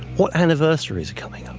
what anniversaries are coming um